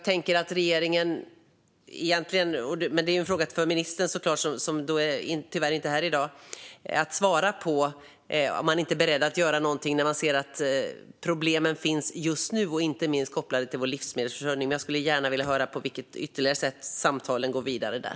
Det är såklart en fråga för ministern att svara på, och han är tyvärr inte här i dag, men är han beredd att göra någonting när man ser att problemen finns just nu och inte minst kopplade till vår livsmedelsförsörjning? Jag skulle gärna vilja höra hur samtalen går vidare där.